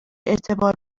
اعتبار